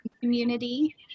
community